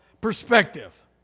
perspective